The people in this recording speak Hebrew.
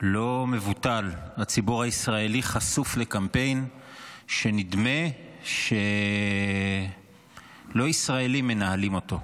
לא מבוטל הציבור הישראלי חשוף לקמפיין שנדמה שלא ישראלים מנהלים אותו,